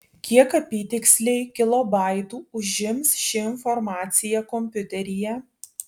kiek apytiksliai kilobaitų užims ši informacija kompiuteryje